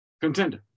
contender